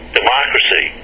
democracy